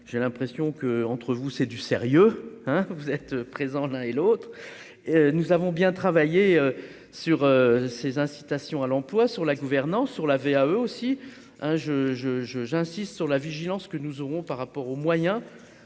j'ai l'impression que, entre vous, c'est du sérieux, hein, vous êtes présents l'un et l'autre, nous avons bien travaillé sur ces incitations à l'emploi sur la gouvernance sur la VAE aussi, hein, je, je, je, j'insiste sur la vigilance que nous aurons par rapport aux moyens